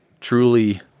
truly